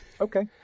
Okay